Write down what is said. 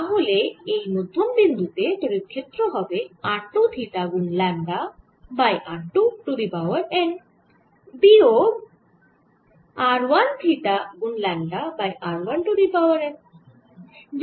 তাহলে এই মধ্যম বিন্দু তে তড়িৎ ক্ষেত্র হবে r 2 থিটা গুন lambda by r 2 to the power n বিয়োগ r 1 থিটা গুন lambda by r 1 to the power n